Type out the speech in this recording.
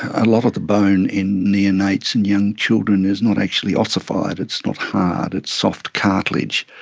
a lot of the bone in neonates and young children is not actually ossified, it's not hard, it's soft cartilage.